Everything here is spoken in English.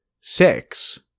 six